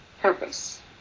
purpose